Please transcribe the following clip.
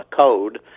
code